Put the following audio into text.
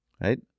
Right